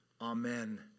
amen